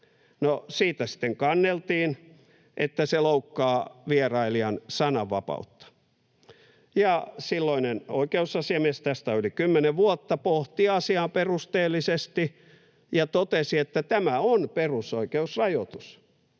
siitä sitten kanneltiin, että se loukkaa vierailijan sananvapautta, ja silloinen oikeusasiamies — tästä on yli 10 vuotta — pohti asiaa perusteellisesti ja totesi, että tämä on perusoikeusrajoitus,